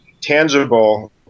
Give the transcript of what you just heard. tangible